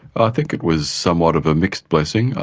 i think it was somewhat of a mixed blessing.